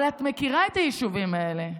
אבל את מכירה את היישובים האלה.